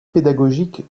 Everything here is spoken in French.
pédagogique